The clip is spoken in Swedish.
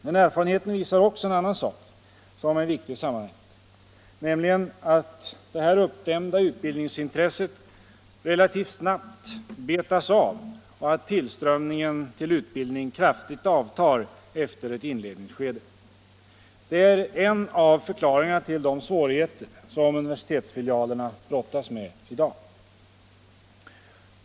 Men erfarenheten visar också en annan sak som är viktig i sammanhanget, nämligen att det uppdämda utbildningsintresset relativt snabbt betas av och att tillströmningen till utbildningen kraftigt avtar efter ett inledningsskede. Det är en av förklaringarna till de svårigheter som universitetsfilialerna brottas med i dag.